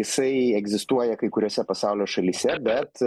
jisai egzistuoja kai kuriose pasaulio šalyse bet